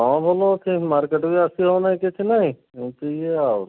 ହଁ ଭଲ ସେ ମାର୍କେଟ ବି ଆସି ହେଉନାହିଁ କିଛି ନାଇଁ ଏମିତି ଆହୁରି